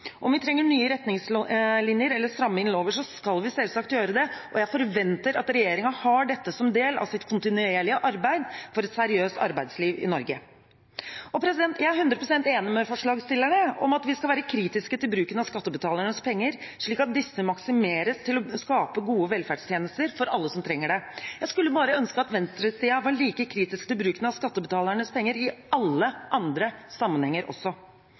Om vi trenger nye retningslinjer eller må stramme inn lover, skal vi selvsagt gjøre det, og jeg forventer at regjeringen har dette som del av sitt kontinuerlige arbeid for et seriøst arbeidsliv i Norge. Jeg er 100 pst. enig med forslagsstillerne i at vi skal være kritiske til bruken av skattebetalernes penger, slik at disse maksimeres til å skape gode velferdstjenester for alle som trenger det. Jeg skulle bare ønske at venstresiden var like kritisk til bruken av skattebetalernes penger i alle andre sammenhenger også.